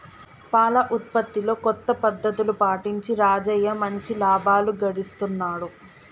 పాల ఉత్పత్తిలో కొత్త పద్ధతులు పాటించి రాజయ్య మంచి లాభాలు గడిస్తున్నాడు